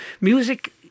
Music